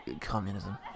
Communism